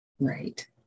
Right